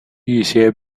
一些